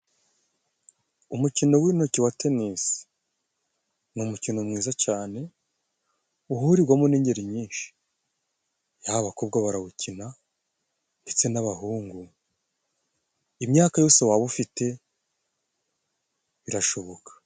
Umukino w'intoki wa tenisi ni umukino mwiza cyane uhurigwamo n'ingeri nyinshi, yaba abakobwa barawukina ndetse n'abahungu, imyaka yose waba ufite birashoboka.